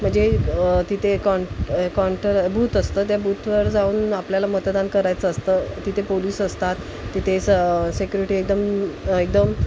म्हणजे तिथे कॉन कॉन्टर बूथ असतं त्या बूथवर जाऊन आपल्याला मतदान करायचं असतं तिथे पोलीस असतात तिथे स सेक्युरिटी एकदम एकदम